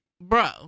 bro